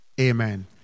Amen